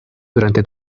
durante